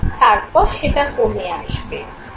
তারপর সেটা কমে আসবে